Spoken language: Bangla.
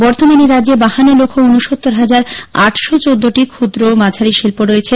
বর্তমানে রাজ্যে বাহান্ন লক্ষ উনোসত্তর হাজার আটশো চোদ্দটি ক্ষুদ্র ও মাঝারি শিল্প রয়েছে